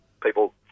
people